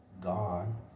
God